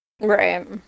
right